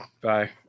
Bye